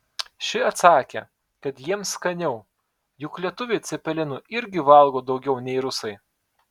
ši atsakė kad jiems skaniau juk lietuviai cepelinų irgi valgo daugiau nei rusai